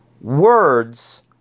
words